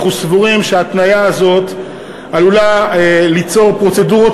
אנחנו סבורים שההתניה הזאת עלולה ליצור פרוצדורות